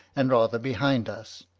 and rather behind us,